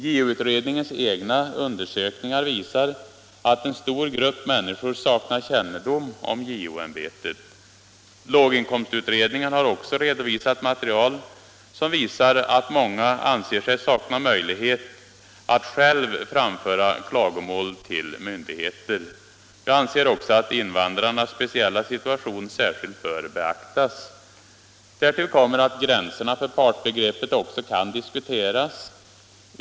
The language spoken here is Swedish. JO-utredningens egna undersökningar visar att en stor grupp människor saknar kännedom om JO-ämbetet. Låginkomstutredningen har också redovisat material som visar att många anser sig sakna möjlighet att själva framföra klagomål till myndigheter. Jag anser också att invandrarnas speciella situation särskilt bör beaktas. Därtill kommer att gränserna för partsbegreppet kan diskuteras.